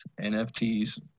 NFTs